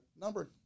Number